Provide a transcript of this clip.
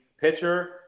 pitcher